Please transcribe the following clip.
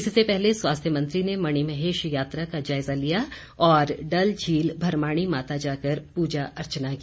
इससे पहले स्वास्थ्य मंत्री ने मणिमहेश यात्रा का जायजा लिया और डलझील भरमाणी माता जाकर पूजा अर्चना की